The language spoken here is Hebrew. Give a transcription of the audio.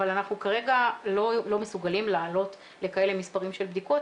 אבל אנחנו כרגע לא מסוגלים לעלות לכאלה מספרים של בדיקות.